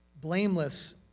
blameless